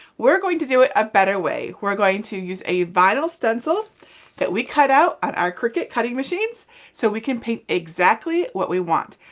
we're going to do it a better way. we're going to use a vinyl stencil that we cut out on our cricut cutting machines so we can paint exactly what we want,